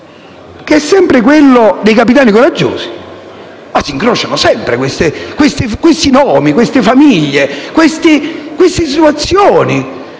che è sempre uno dei cosiddetti capitani coraggiosi: si incrociano sempre questi nomi, queste famiglie, queste situazioni,